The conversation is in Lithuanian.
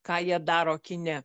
ką jie daro kine